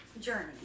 journey